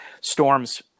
storms